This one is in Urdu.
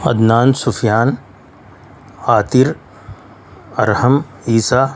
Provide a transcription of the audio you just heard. عدنان سفیان عاطر ارحم عیسیٰ